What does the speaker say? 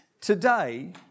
today